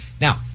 Now